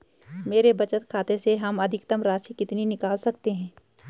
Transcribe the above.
मेरे बचत खाते से हम अधिकतम राशि कितनी निकाल सकते हैं?